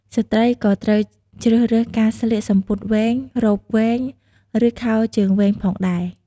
ស្រ្តីក៏ត្រូវជ្រើសរើសការស្លៀក សំពត់វែង រ៉ូបវែង ឬខោជើងវែងផងដែរ។